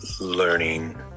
learning